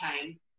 time